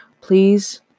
Please